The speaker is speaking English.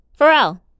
Pharrell